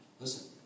Listen